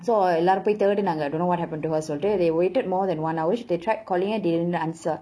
so எல்லாரும் போய்:ellarum poi don't know what happen to her so there they waited more than one hour which they tried calling her didn't answer